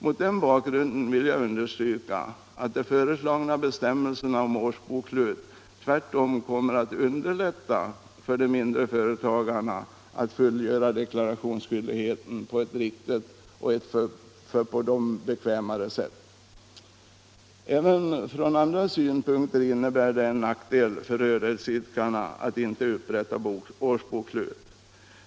Mot den bakgrunden vill jag understryka att de föreslagna bestämmelserna om årsbokslut i själva verket kommer att underlätta för de mindre företagarna att fullgöra deklarationsskyldigheten på ett riktigt sätt. Även från andra synpunkter innebär det en nackdel för rörelseidkaren att inte upprätta årsbokslut.